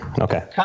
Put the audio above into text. Okay